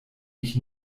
mich